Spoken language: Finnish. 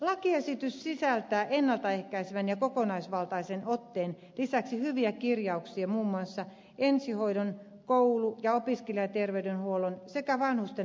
lakiesitys sisältää ennalta ehkäisevän ja kokonaisvaltaisen otteen lisäksi hyviä kirjauksia muun muassa ensihoidon koulu ja opiskelijaterveydenhuollon sekä vanhusten neuvontapalveluiden osalta